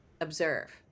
observe